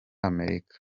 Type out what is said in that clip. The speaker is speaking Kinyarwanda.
amerika